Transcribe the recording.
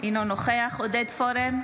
אינו נוכח עודד פורר,